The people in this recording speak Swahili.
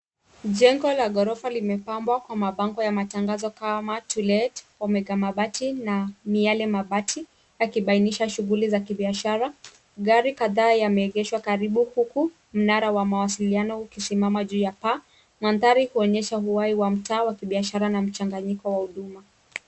Jengo la ghorofa limepambwa kwa mabango ya matangazo kama to let ,Omega mabati na Miale mabati, yakibainisha shughuli za kibiashara. Gari kadhaa yameegeshwa karibu, huku mnara wa mawasiliano ukisimama juu ya paa. Mandhari huonyesha uhai wa mtaa wa kibiashara na mchanganyiko wa huduma.